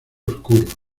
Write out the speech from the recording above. oscuro